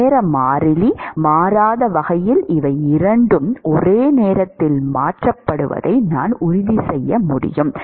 நேரம் மாறிலி மாறாத வகையில் இவை இரண்டும் ஒரே நேரத்தில் மாற்றப்படுவதை நான் உறுதிசெய்ய முடியும்